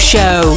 Show